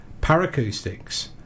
Paracoustics